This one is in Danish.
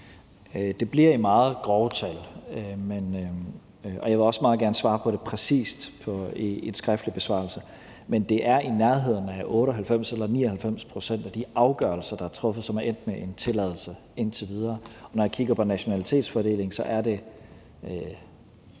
Det bliver i meget grove tal, og jeg vil også meget gerne svare på det præcist i en skriftlig besvarelse. Men det er i nærheden af 98 eller 99 pct. af de afgørelser, der er truffet, som er endt med en tilladelse indtil videre, og når jeg kigger på nationalitetsfordelingen, er det